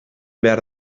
behar